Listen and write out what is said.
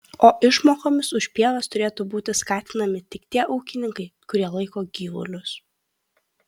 o išmokomis už pievas turėtų būtų skatinami tik tie ūkininkai kurie laiko gyvulius